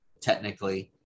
technically